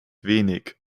wenig